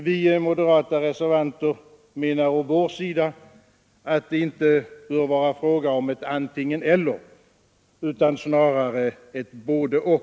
Vi moderata reservanter menar å vår sida att det inte bör vara fråga om ett antingen—eller utan snarare om ett både—och.